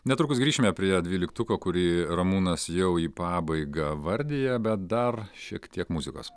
netrukus grįšime prie dvyliktuko kurį ramūnas jau į pabaigą vardija bet dar šiek tiek muzikos